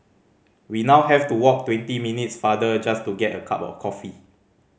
we now have to walk twenty minutes farther just to get a cup of coffee